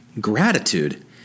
gratitude